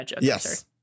Yes